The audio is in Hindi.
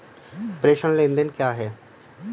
प्रेषण लेनदेन क्या है?